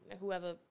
whoever